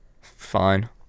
Fine